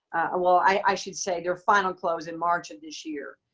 well, i should say their final close in march of this year.